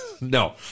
No